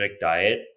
diet